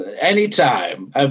anytime